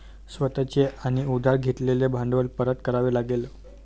स्वतः चे आणि उधार घेतलेले भांडवल परत करावे लागेल